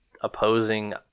opposing